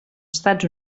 estats